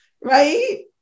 right